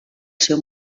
seu